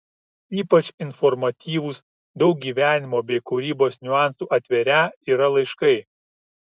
ypač informatyvūs daug gyvenimo bei kūrybos niuansų atverią yra laiškai